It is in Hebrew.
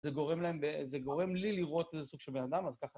זה גורם להם... זה גורם לי לראות איזה סוג של מאדם, אז ככה.